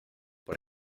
por